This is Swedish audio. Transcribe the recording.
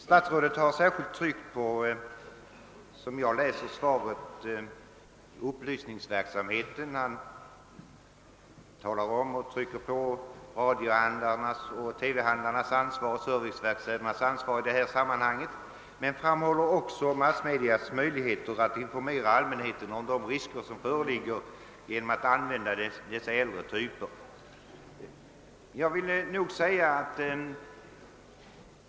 Statsrådet har särskilt tryckt på upplysningsverksamheten och understryker radiooch TV-handlarnas och serviceverkstädernas ansvar i detta sammanhang men framhåller också massmedias möjligheter att informera om risker som föreligger vid användning av de aktuella äldre typerna av bordsantenner.